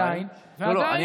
ועדיין, ועדיין, לא, לא.